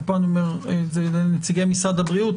ופה אני אומר את זה לנציגי משרד הבריאות,